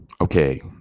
Okay